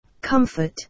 comfort